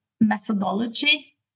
methodology